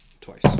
Twice